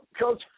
Coach